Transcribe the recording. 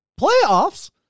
Playoffs